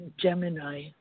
Gemini